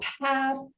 path